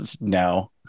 No